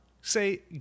say